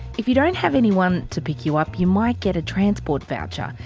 if you don't have anyone to pick you up, you might get a transport voucher.